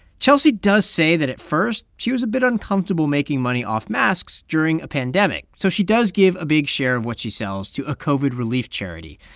chelsea does say that at first, she was a bit uncomfortable making money off masks during a pandemic, so she does give a big share of what she sells to a covid relief charity.